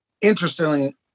interestingly